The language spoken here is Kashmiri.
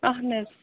اَہن حظ